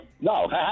No